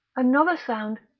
another sound,